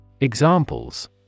examples